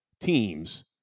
teams